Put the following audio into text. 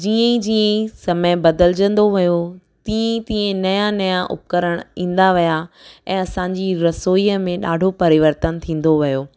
जीअंई जीअंई समय बदिलजंदो वियो तीअं तीअं नया नया उपकरण ईंदा विया ऐं असांजी रसोईअ में ॾाढो परिवर्तन थींदो वियो